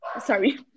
sorry